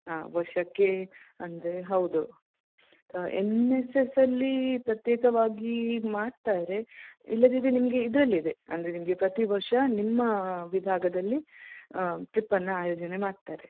ಹಾಂ ವರ್ಷಕ್ಕೆ ಅಂದರೆ ಹೌದು ಎನ್ ಎಸ್ ಎಸ್ಸಲ್ಲಿ ಪ್ರತ್ಯೇಕವಾಗಿ ಮಾಡ್ತಾರೆ ಇಲ್ಲದಿದ್ದರೆ ನಿಮಗೆ ಇದರಲ್ಲಿದೆ ಅಂದರೆ ನಿಮಗೆ ಪ್ರತಿ ವರ್ಷ ನಿಮ್ಮ ವಿಭಾಗದಲ್ಲಿ ಟ್ರಿಪ್ಪನ್ನು ಆಯೋಜನೆ ಮಾಡ್ತಾರೆ